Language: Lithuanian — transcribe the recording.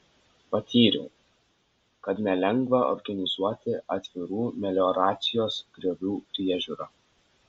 patyriau kad nelengva organizuoti atvirų melioracijos griovių priežiūrą